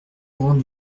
laurent